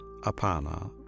Apana